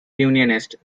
unionist